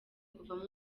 kuvamo